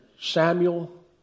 Samuel